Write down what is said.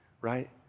right